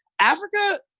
Africa